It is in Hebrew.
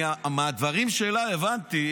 מהדברים שלה הבנתי,